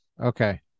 Okay